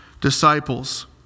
disciples